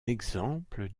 exemple